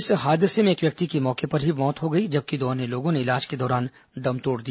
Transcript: इस हादसे में एक व्यक्ति की मौके पर ही मौत हो गई जबकि दो अन्य लोगों ने इलाज के दौरान दम तोड़ दिया